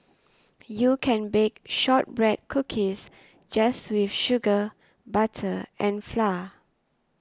you can bake Shortbread Cookies just with sugar butter and flour